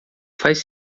faz